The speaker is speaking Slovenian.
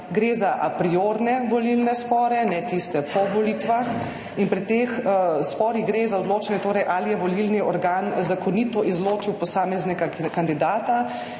Gre za apriorne volilne spore, ne tiste po volitvah, in pri teh sporih gre za odločanje, ali je volilni organ zakonito izločil posameznega kandidata.